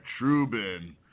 Trubin